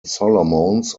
solomons